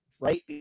right